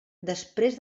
després